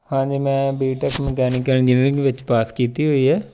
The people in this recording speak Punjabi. ਹਾਂਜੀ ਮੈਂ ਬੀ ਟੈਕ ਮਕੈਨੀਕਲ ਇੰਜੀਨੀਅਰਿੰਗ ਵਿੱਚ ਪਾਸ ਕੀਤੀ ਹੋਈ ਹੈ